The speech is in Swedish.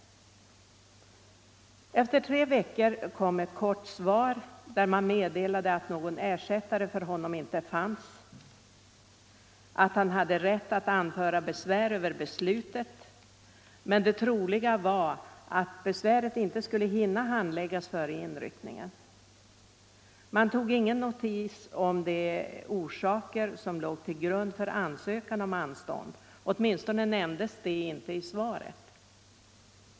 Efter tre veckor kom ett svar, där man meddelade att någon ersättare för honom inte fanns, att han hade rätt anföra besvär över beslutet men att det troliga var att besvären inte skulle hinna handläggas före inryckningen. Man tog ingen notis om de förhållanden som låg till grund för ansökan om anstånd; åtminstone nämndes det inte i svaret.